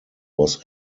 was